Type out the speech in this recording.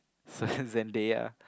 Zendaya